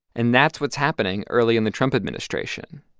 and that's what's happening early in the trump administration.